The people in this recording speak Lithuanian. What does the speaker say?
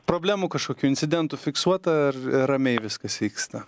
problemų kažkokių incidentų fiksuota ar ramiai viskas vyksta